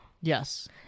Yes